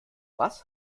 was